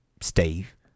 Steve